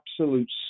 absolute